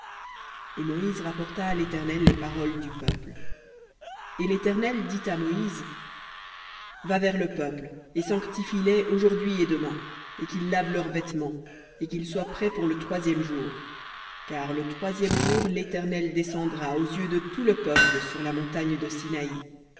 et moïse rapporta à l'éternel les paroles du peuple et l'éternel dit à moïse va vers le peuple et sanctifie les aujourd'hui et demain et qu'ils lavent leurs vêtements et qu'ils soient prêts pour le troisième jour car le troisième jour l'éternel descendra aux yeux de tout le peuple sur la montagne de